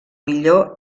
millor